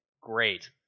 Great